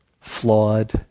flawed